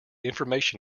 information